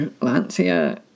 Lancia